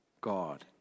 God